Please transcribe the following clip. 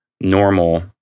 normal